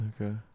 Okay